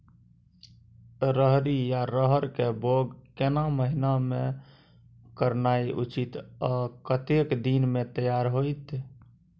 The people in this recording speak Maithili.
रहरि या रहर के बौग केना महीना में करनाई उचित आ कतेक दिन में तैयार होतय?